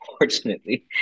unfortunately